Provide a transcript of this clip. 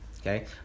okay